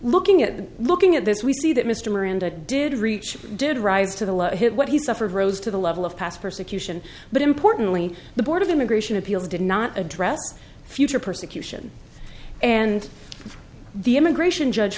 looking at looking at this we see that mr miranda did reach did rise to the hit what he suffered rose to the level of past persecution but importantly the board of immigration appeals did not address future persecution and the immigration judge